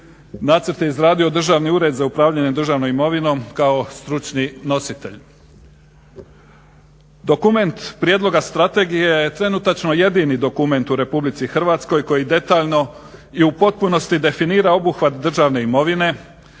Nacrt je izradio Državni ured za upravljanje državnom imovinom kao stručni nositelj. Dokument prijedloga strategije je trenutačno jedini dokument u Republici Hrvatskoj koji detaljno i u potpunosti definira obuhvat državne imovine,